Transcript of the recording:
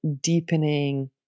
deepening